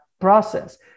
process